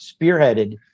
spearheaded